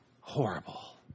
horrible